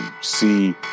see